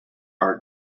are